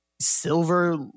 silver